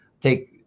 take